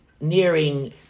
nearing